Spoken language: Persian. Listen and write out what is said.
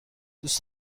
دوست